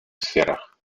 сферах